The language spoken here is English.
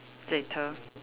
later